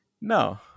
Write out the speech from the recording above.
no